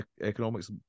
economics